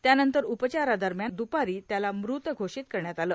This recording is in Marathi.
त्यानंतर उपचारादरम्यान द्रपारी त्याला मृत घोषित करण्यात आलं